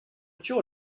sure